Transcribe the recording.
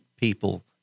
people